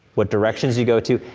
what directions you go to,